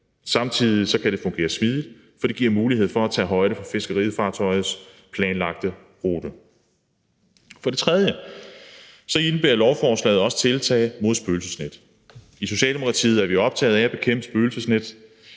Samtidig kan det fungere smidigt, for det giver mulighed for at tage højde for fiskefartøjets planlagte rute. For det tredje indebærer lovforslaget også tiltag mod spøgelsesnet. I Socialdemokratiet er vi optaget af at bekæmpe spøgelsesnet